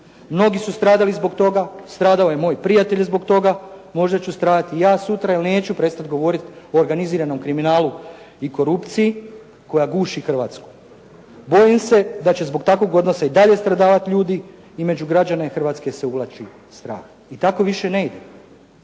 Mnogi su stradali zbog toga, stradao je moj prijatelj zbog toga, možda ću stradati i ja sutra jer neću prestati govoriti o organiziranom kriminalu i korupciji koja guši Hrvatsku. Bojim se da će zbog takvog odnosa i dalje stradavati ljude i među građane Hrvatske se uvlači strah i tako više ne ide.